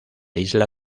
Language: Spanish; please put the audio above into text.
isla